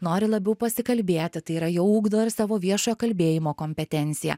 nori labiau pasikalbėti tai yra jie ugdo ir savo viešojo kalbėjimo kompetenciją